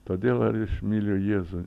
todėl ir iš mylėjo jėzų